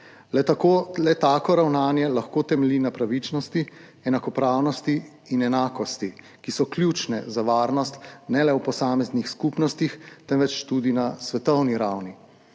Le tako ravnanje lahko temelji na pravičnosti, enakopravnosti in enakosti, ki so ključne za varnost ne le v posameznih skupnostih, temveč tudi na svetovni ravni.